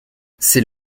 c’est